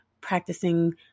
practicing